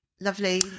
Lovely